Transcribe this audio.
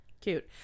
Cute